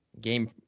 game